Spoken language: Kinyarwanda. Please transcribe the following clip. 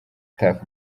tuff